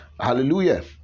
Hallelujah